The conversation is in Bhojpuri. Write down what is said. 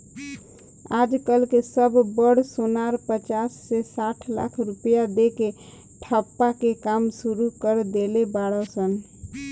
आज कल के सब बड़ सोनार पचास से साठ लाख रुपया दे के ठप्पा के काम सुरू कर देले बाड़ सन